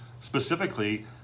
specifically